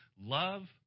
Love